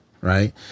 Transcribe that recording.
right